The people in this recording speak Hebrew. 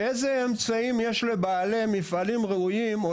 איזה אמצעים יש לבעלי מפעלים ראויים או